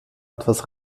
etwas